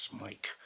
Mike